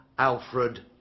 Alfred